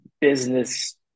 business